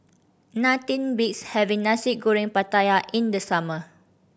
nothing beats having Nasi Goreng Pattaya in the summer